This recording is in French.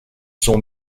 sont